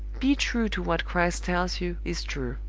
be true to what christ tells you is true.